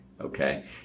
Okay